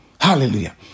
Hallelujah